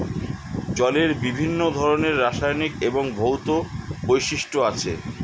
জলের বিভিন্ন ধরনের রাসায়নিক এবং ভৌত বৈশিষ্ট্য আছে